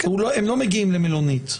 הם לא מגיעים למלונית?